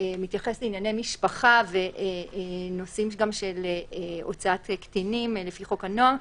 שמתייחס לענייני משפחה ונושאים של הוצאת קטינים לפי חוק הנוער,